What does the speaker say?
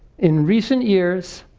in recent years,